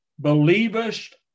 Believest